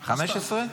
15?